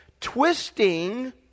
twisting